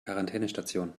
quarantänestation